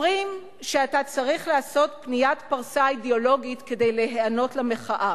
אומרים שאתה צריך לעשות פניית פרסה אידיאולוגית כדי להיענות למחאה,